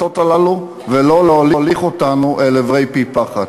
הללו ולא להוליך אותנו אל עברי פי פחת.